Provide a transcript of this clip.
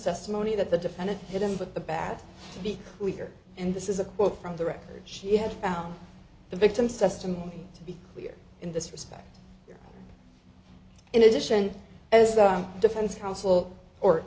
testimony that the defendant hit him with the bat to be clear and this is a quote from the record she had found the victim's testimony to be clear in this respect in addition as the defense counsel or